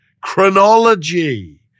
Chronology